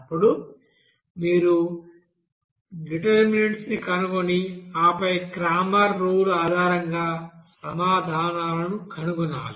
అప్పుడు మీరు డిటర్మినెంట్స్ని కనుగొని ఆపై క్రామెర్స్ రూల్ ఆధారంగా సమాధానాలను కనుగొనాలి